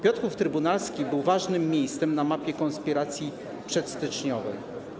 Piotrków Trybunalski był ważnym miejscem na mapie konspiracji przedstyczniowej.